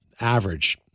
average